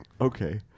Okay